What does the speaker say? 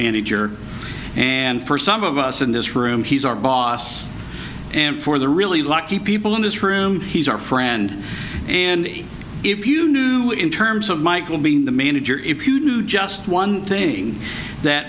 manager and for some of us in this room he's our boss and for the really lucky people in this room he's our friend and if you knew in terms of michael being the manager if you knew just one thing that